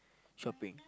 shopping